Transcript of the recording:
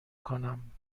کنم